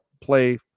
play